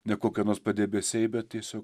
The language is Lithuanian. ne kokie nors padebesiai bet tiesiog